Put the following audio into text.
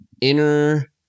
inner